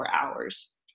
hours